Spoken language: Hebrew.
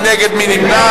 מי נגד?